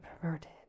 perverted